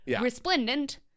resplendent